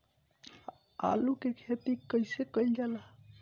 आलू की खेती कइसे कइल जाला?